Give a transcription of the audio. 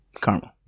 Caramel